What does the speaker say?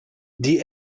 die